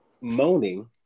moaning